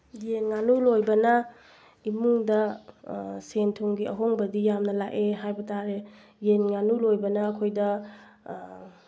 ꯌꯦꯟ ꯉꯥꯅꯨ ꯂꯣꯏꯕꯅ ꯏꯃꯨꯡꯗ ꯁꯦꯟ ꯊꯨꯝꯒꯤ ꯑꯍꯣꯡꯕꯗꯤ ꯌꯥꯝꯅ ꯂꯥꯛꯑꯦ ꯍꯥꯏꯕ ꯇꯥꯔꯦ ꯌꯦꯟ ꯉꯥꯅꯨ ꯂꯣꯏꯕꯅ ꯑꯩꯈꯣꯏꯗ